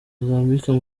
mozambique